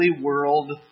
world